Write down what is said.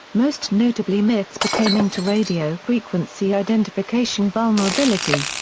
most notably myths pertaining to radio-frequency identification vulnerability.